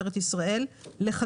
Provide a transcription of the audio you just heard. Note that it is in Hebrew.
התלייתו, להגבילו או לסרב